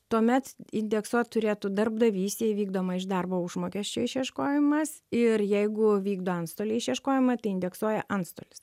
tuomet indeksuot turėtų darbdavys jei vykdoma iš darbo užmokesčio išieškojimas ir jeigu vykdo antstoliai išieškojimą tai indeksuoja antstolis